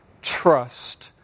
trust